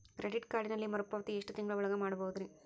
Credit ಕಾರ್ಡಿನಲ್ಲಿ ಮರುಪಾವತಿ ಎಷ್ಟು ತಿಂಗಳ ಒಳಗ ಮಾಡಬಹುದ್ರಿ?